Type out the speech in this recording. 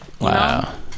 Wow